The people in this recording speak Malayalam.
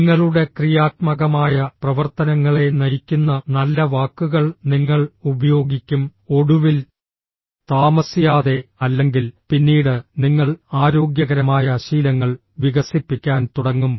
നിങ്ങളുടെ ക്രിയാത്മകമായ പ്രവർത്തനങ്ങളെ നയിക്കുന്ന നല്ല വാക്കുകൾ നിങ്ങൾ ഉപയോഗിക്കും ഒടുവിൽ താമസിയാതെ അല്ലെങ്കിൽ പിന്നീട് നിങ്ങൾ ആരോഗ്യകരമായ ശീലങ്ങൾ വികസിപ്പിക്കാൻ തുടങ്ങും